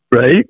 right